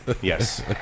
Yes